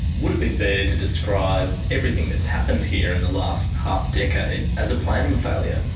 would it be fair to describe everything that's happened here in the last half-decade as a planning failure?